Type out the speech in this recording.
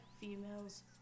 females